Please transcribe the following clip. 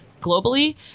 globally